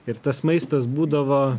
ir tas maistas būdavo